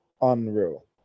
unreal